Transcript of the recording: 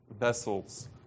vessels